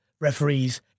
referees